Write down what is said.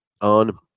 on